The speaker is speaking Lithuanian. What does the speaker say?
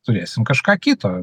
turėsim kažką kito